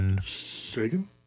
Sagan